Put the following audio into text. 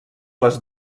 les